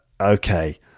Okay